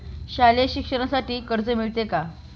शालेय शिक्षणासाठी कर्ज मिळते का?